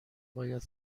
باید